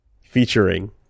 featuring